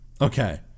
Okay